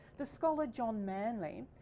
the scholar john manley.